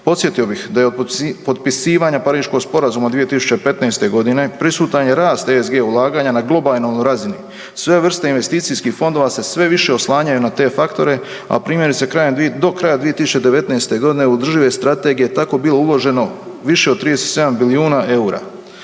Podsjetio bih da je od potpisivanja Pariškog sporazuma od 2015. g. prisutan je rast ESG ulaganja na globalnoj razini. Sve vrste investicijskih fondova se sve više oslanjaju na te faktore, a primjerice, krajem, do kraja 2019. g. održive strategije tako bilo uvaženo više od 37 bilijuna eura.